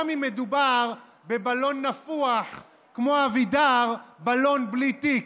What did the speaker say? גם אם מדובר בבלון נפוח כמו אבידר, בלון בלי תיק.